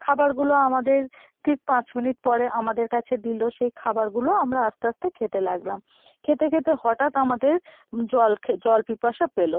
খাবারগুলো আমাদের ঠিক পাঁচ মিনিট পরে আমাদের কাছে দিলো সে খাবারগুলো আমরা আস্তে আস্তে খেতে লাগলাম খেতে খেতে হঠাৎ আমাদের জল খে জল পিপাসা পেলো